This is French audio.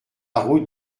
route